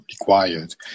required